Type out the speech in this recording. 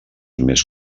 més